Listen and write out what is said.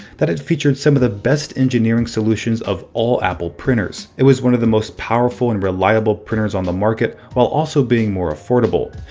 that it featured some of the best engineering solutions of all apple printers. it was one of the most powerful and reliable printers on the market, while also being more affordable.